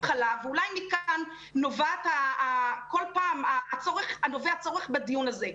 הכלה ואולי מכאן נובע כל פעם הצורך בדיון הזה.